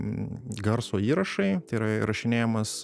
garso įrašai tai yra įrašinėjamas